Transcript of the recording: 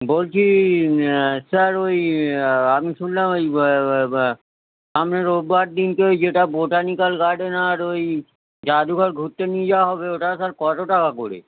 বলছি স্যার ওই আমি শুনলাম ওই সামনের রবিবার দিনকে ওই যেটা বোটানিক্যাল গার্ডেন আর ওই যাদুঘর ঘুরতে নিয়ে যাওয়া হবে ওটা স্যার কতো টাকা করে